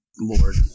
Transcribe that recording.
lord